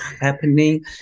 happening